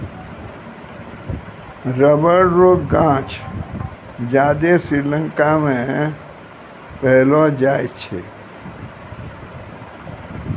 rubber रो गांछ ज्यादा श्रीलंका मे पैलो जाय छै